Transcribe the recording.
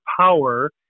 Power